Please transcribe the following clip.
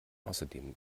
außerdem